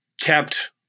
kept